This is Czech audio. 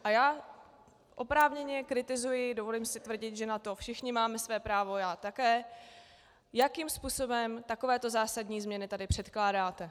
A já oprávněně kritizuji, dovolím si tvrdit, že na to všichni máme své právo, já také, jakým způsobem takovéto zásadní změny tady předkládáte.